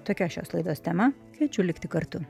tokia šios laidos tema kviečiu likti kartu